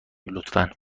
لطفا